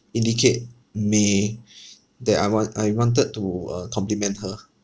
indicate may that I want I wanted to uh compliment her